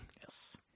Yes